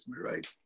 right